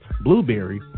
Blueberry